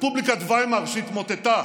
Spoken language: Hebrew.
רפובליקת ויימאר, שהתמוטטה